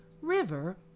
River